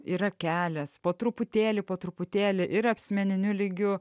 yra kelias po truputėlį po truputėlį ir asmeniniu lygiu